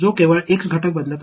எனவே அது சரிதானே